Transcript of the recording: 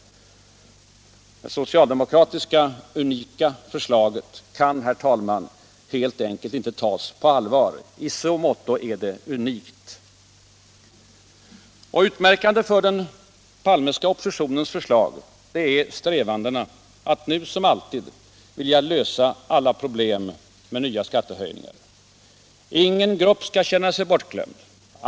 Det socialdemokratiska förslaget kan, herr talman, helt enkelt inte tas på allvar. I så måtto är det verkligen ”unikt”. Utmärkande för den Palmeska oppositionens förslag är strävandena att nu som alltid vilja lösa problemen med nya skattehöjningar. Ingen grupp skall känna sig bortglömd.